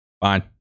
fine